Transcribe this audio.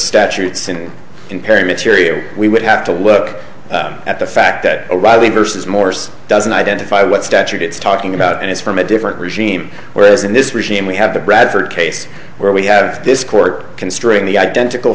statutes in perry material we would have to look at the fact that o'reilly versus morse doesn't identify what statute it's talking about and it's from a different regime whereas in this regime we have the bradford case where we have this court considering the identical